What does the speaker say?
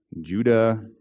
Judah